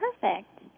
Perfect